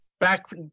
back